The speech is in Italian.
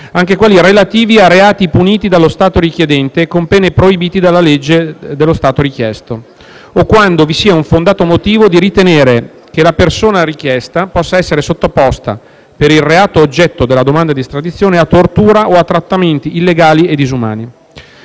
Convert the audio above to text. anche quelli relativi a reati puniti dallo Stato richiedente con pene proibite dalla legge dello Stato richiesto, o quando vi sia fondato motivo di ritenere che la persona richiesta possa essere sottoposta, per il reato oggetto della domanda di estradizione, a tortura o a trattamenti illegali e disumani.